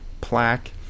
plaque